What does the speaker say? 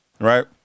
right